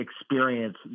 experience